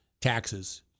Taxes